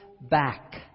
back